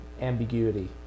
ambiguity